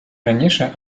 раніше